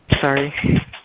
Sorry